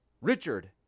Richard